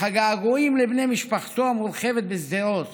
אך הגעגועים לבני משפחתנו המורחבת בשדרות